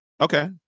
Okay